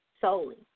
solely